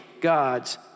God's